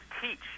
teach